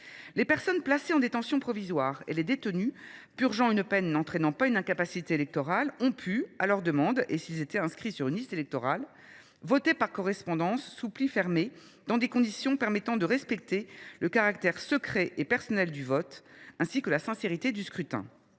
Les personnes placées en détention provisoire et les détenus purgeant une peine n’entraînant pas une incapacité électorale ont pu, à leur demande et s’ils étaient inscrits sur une liste électorale, voter par correspondance sous pli fermé, dans des conditions permettant de respecter le caractère secret et personnel du vote, ainsi que la sincérité du scrutin.